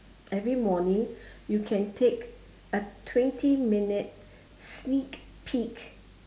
every morning you can take a twenty minute sneak peak